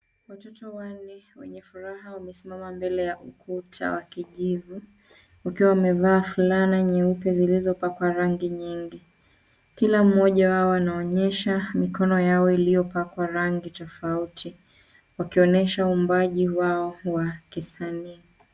Watoto wanne wenye furaha wamesimama mbele ya ukuta wa kijivu wakiwa wamevaa fulana nyeupe zilizopakwa rangi nyingi. Kila mmoja wao anaonyesha mikono yao iliopakwa rangi tofauti wakionyesha uumbaji wao wa kisanii.